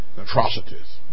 atrocities